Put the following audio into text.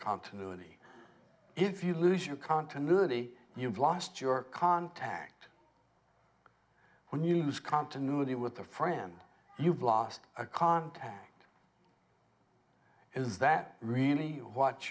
continuity if you lose your continuity you've lost your contact when you lose continuity with a friend you've lost a contact is that really what